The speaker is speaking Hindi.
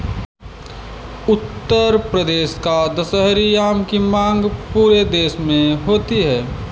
उत्तर प्रदेश का दशहरी आम की मांग पूरे देश में होती है